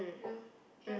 I know yeah